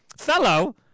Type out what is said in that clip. Fellow